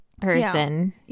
person